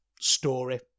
story